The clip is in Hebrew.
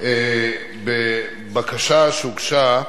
הבקשה שהוגשה,